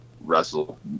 wrestle